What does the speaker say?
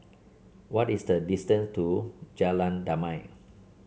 what is the distance to Jalan Damai